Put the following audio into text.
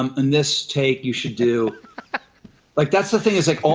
um, in this take, you should do like, that's the thing is, like,